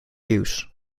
views